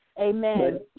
Amen